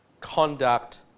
conduct